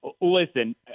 Listen